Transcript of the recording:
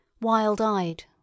wild-eyed